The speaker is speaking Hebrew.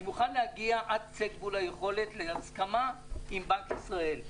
אני מוכן להגיע עד קצה גבול היכולת להסכמה עם בנק ישראל.